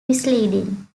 misleading